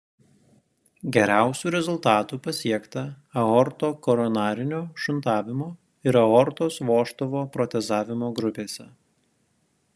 geriausių rezultatų pasiekta aortokoronarinio šuntavimo ir aortos vožtuvo protezavimo grupėse